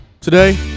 Today